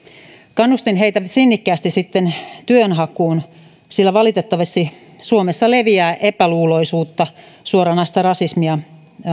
kannustin heitä sinnikkäästi sitten työnhakuun sillä valitettavasti suomessa leviää epäluuloisuutta suoranaista rasismia